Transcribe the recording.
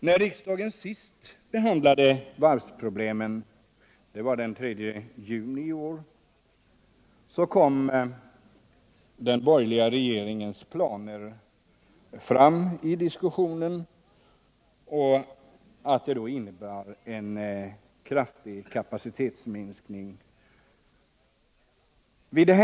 När riksdagen senast behandlade varvsproblemen — den 3 juni i år — kom den borgerliga regeringens planer på en kraftig kapacitetsminskning upp till debatt.